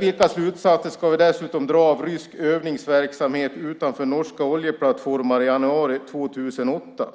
Vilka slutsatser ska vi dra av rysk övningsverksamhet utanför norska oljeplattformar i januari 2008?